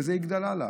וזה יגדל הלאה.